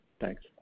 Thanks